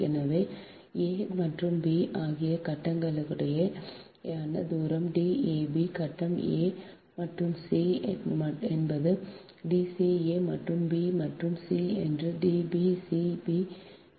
எனவே a மற்றும் b ஆகிய கட்டங்களுக்கிடையேயான தூரம் D a b கட்டம் a மற்றும் c என்பது D c a மற்றும் b மற்றும் c என்பது D b c D b c